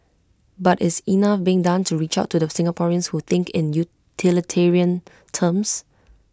but is enough being done to reach out to the Singaporeans who think in utilitarian terms